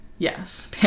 Yes